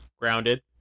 Grounded